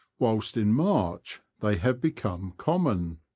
whilst in march they have become common.